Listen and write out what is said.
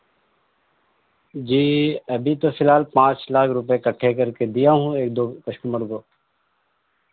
جی ابھی تو فی الحال پانچ لاکھ روپے اکٹھے کر کے دیا ہوں ایک دو کسٹمر کو